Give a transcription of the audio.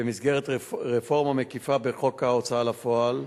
במסגרת רפורמה מקיפה בחוק ההוצאה לפועל,